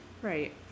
Right